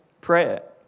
prayer